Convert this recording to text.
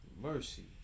Mercy